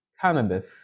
cannabis